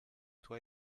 toi